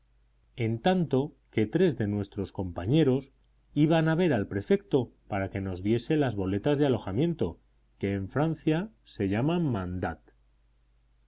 en tanto que tres de nuestros compañeros iban a ver al prefecto para que nos diese las boletas de alojamiento que en francia se llaman mandat